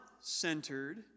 centered